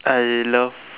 I love